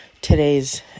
today's